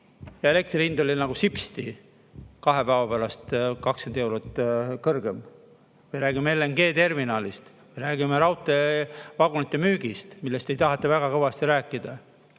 Ja elektri hind oli nagu sipsti kahe päeva pärast 20 eurot kõrgem. Me räägime LNG-terminalist, räägime raudteevagunite müügist, millest ei taheta väga kõvasti rääkida.